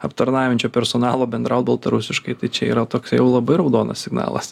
aptarnaujančio personalo bendraut baltarusiškai tai čia yra toks jau labai raudonas signalas